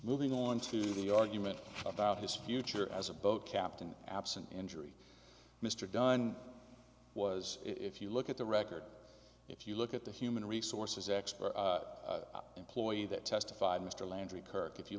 moving on to the argument about his future as a boat captain absent injury mr dunn was if you look at the record if you look at the human resources expert employee that testified mr landry kirk if you